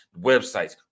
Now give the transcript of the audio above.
websites